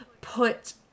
put